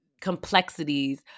complexities